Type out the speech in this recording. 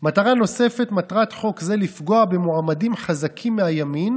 מטרה נוספת: מטרת חוק זה לפגוע במועמדים חזקים מהימין